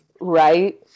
Right